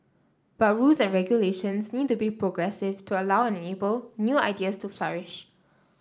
but rules and regulations need to be progressive to allow and enable new ideas to flourish